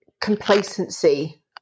complacency